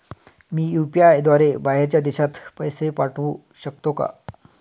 मी UPI द्वारे बाहेरच्या देशात पैसे पाठवू शकतो का?